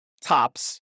tops